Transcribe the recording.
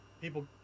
people